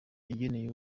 yageneye